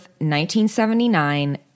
1979